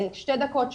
לשתי דקות,